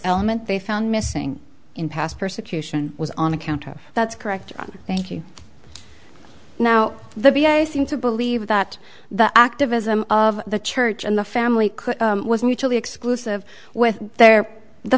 element they found missing in past persecution was on account of that's correct thank you now the b i seem to believe that the activism of the church and the family was mute the exclusive with their the